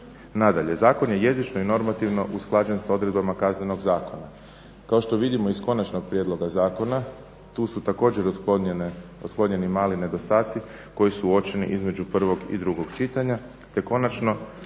Nadalje, zakon je jezično i normativno usklađen sa odredbama Kaznenog zakona. Kao što vidimo iz Konačnog prijedloga zakona tu su također otklonjeni mali nedostatci koji su uočeni između prvog i drugog čitanja, te konačno